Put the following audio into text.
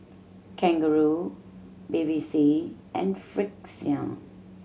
Kangaroo Bevy C and Frixion